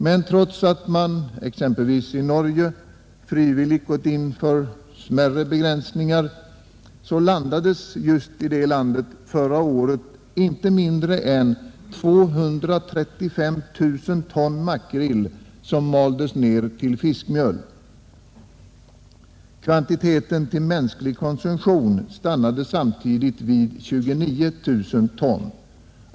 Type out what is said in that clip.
Men trots att man exempelvis i Norge frivilligt gått in för smärre begränsningar landades i nämnda land förra året inte mindre än 235 000 ton makrill, som maldes ned till fiskmjöl. Kvantiteten till mänsklig konsumtion stannade samtidigt vid 29 000 ton.